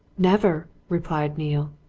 never! replied neale.